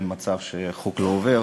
אין מצב שחוק לא עובר,